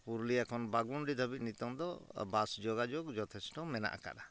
ᱯᱩᱨᱩᱞᱤᱭᱟ ᱠᱷᱚᱱ ᱵᱟᱜᱽᱢᱩᱱᱰᱤ ᱫᱷᱟᱹᱵᱤᱡ ᱱᱤᱛᱚᱝ ᱫᱚ ᱵᱟᱥ ᱡᱳᱜᱟᱡᱳᱜᱽ ᱡᱚᱛᱷᱮᱥᱴᱚ ᱢᱮᱱᱟᱜ ᱠᱟᱜᱼᱟ